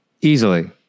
Easily